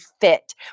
fit